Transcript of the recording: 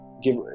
give